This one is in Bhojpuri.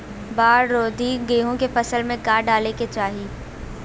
बाढ़ रोधी गेहूँ के फसल में का डाले के चाही?